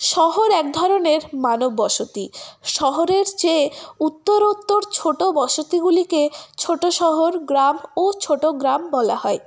শহর এক ধরনের মানব বসতি শহরের চেয়ে উত্তরোত্তর ছোট বসতিগুলিকে ছোট শহর গ্রাম ও ছোট গ্রাম বলা হয়